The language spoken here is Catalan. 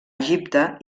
egipte